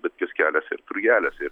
bet kioskeliuose ir turgeliuose ir